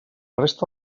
resta